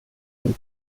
dem